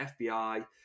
FBI